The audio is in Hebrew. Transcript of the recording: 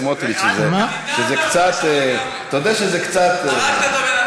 סמוטריץ, שזה קצת, לגמרי.